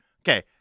Okay